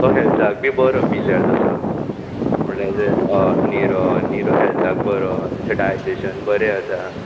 तो हेल्थाक बी बरो पिल्यार तसो म्हळ्यार जो निरो निरो हेल्थाक बरो जशें डायजेशन बरें जाता